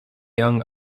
young